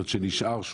שנשאר,